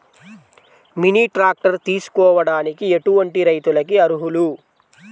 Mini tractor తీసుకోవడానికి ఎటువంటి రైతులకి అర్హులు?